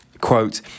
quote